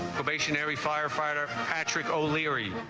firefighter patrick o'leary